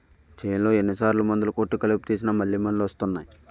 చేన్లో ఎన్ని సార్లు మందులు కొట్టి కలుపు తీసినా మళ్ళి మళ్ళి వస్తున్నాయి